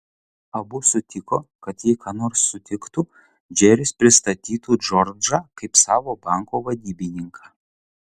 abu sutiko kad jei ką nors sutiktų džeris pristatytų džordžą kaip savo banko vadybininką